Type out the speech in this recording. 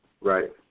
Right